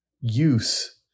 use